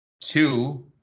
Two